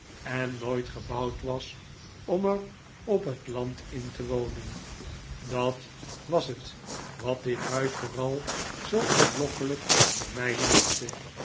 en nooit gebouwd was om er op het land in te wonen dat was het wat dit huis vooral zoo aanlokkelijk voor mij maakte